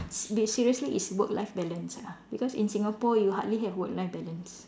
s~ seriously it's work life balance ah because in Singapore you hardly have work life balance